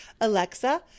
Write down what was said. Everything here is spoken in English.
Alexa